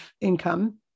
income